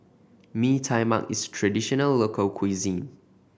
Mee Tai Mak is a traditional local cuisine